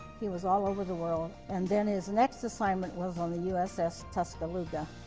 he was all over the world. and then his next assignment was on the uss tuscaloosa.